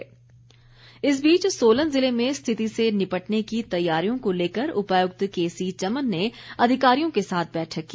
बैठक इस बीच सोलन ज़िले में स्थिति से निपटने की तैयारियों को लेकर उपायुक्त केसी चमन ने अधिकारियों के साथ बैठक की